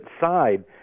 side